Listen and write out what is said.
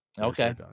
Okay